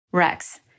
Rex